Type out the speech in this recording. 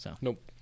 Nope